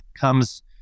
comes